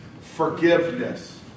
forgiveness